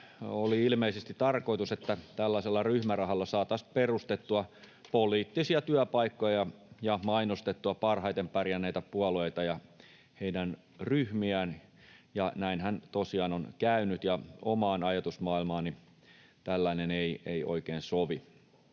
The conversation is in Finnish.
oli ilmeisesti tarkoitus, että tällaisella ryhmärahalla saataisiin perustettua poliittisia työpaikkoja ja mainostettua parhaiten pärjänneitä puolueita ja heidän ryhmiään. Näinhän tosiaan on käynyt, ja omaan ajatusmaailmaani tällainen ei oikein sovi.